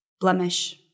blemish